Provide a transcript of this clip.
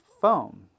foam